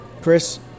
Chris